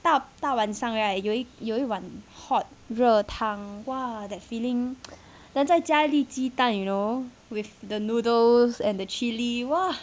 到到晚上 right 有有一碗 hot 热汤 !wah! that feeling then 在加一粒鸡蛋 you know with the noodles and the chilli !wah!